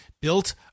built